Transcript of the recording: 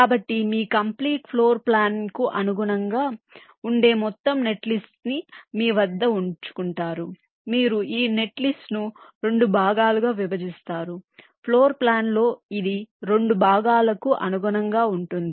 కాబట్టి మీ complete floor ప్లాన్కు అనుగుణంగా ఉండే మొత్తం నెట్లిస్ట్ మీ వద్ద ఉంది మీరు ఈ నెట్లిస్ట్ను రెండు భాగాలుగా విభజిస్తారు ఫ్లోర్ ప్లాన్లో ఇది రెండు భాగాలకు అనుగుణంగా ఉంటుంది